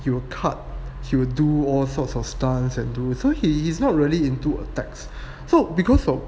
you will cut he will do all sorts of stance and do so he he's not really into attacks so because of